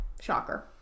Shocker